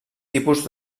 tipus